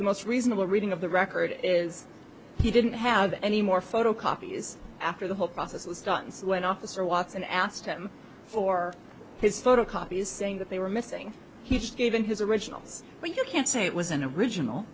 most reasonable reading of the record is he didn't have any more photocopies after the whole process was done so when officer watson asked him for his photocopies saying that they were missing he just gave in his originals but you can't say it was an original